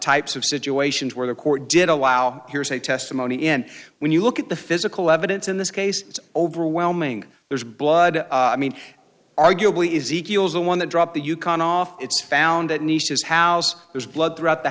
types of situations where the court did allow hearsay testimony and when you look at the physical evidence in this case it's overwhelming there's blood i mean arguably is the one that dropped the yukon off it's found it nice his house there's blood throughout the